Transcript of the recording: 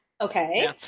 Okay